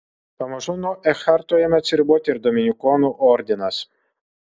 pamažu nuo ekharto ėmė atsiriboti ir dominikonų ordinas